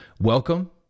Welcome